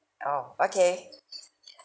oh okay